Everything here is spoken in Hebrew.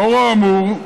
לאור האמור,